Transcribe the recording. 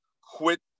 quit